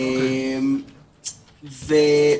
למיטב ידיעתי זה עוד לא הגיע.